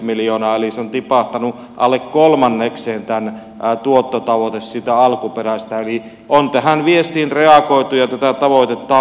tämän tuottotavoite on tipahtanut alle kolmannekseen siitä alkuperäisestä eli on tähän viestiin reagoitu ja tätä tavoitettu on muutettu